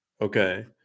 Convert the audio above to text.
okay